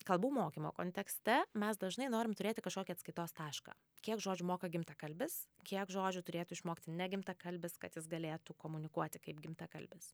kalbų mokymo kontekste mes dažnai norim turėti kažkokį atskaitos tašką kiek žodžių moka gimtakalbis kiek žodžių turėtų išmokti negimtakalbis kad jis galėtų komunikuoti kaip gimtakalbis